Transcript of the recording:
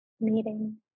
meeting